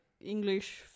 English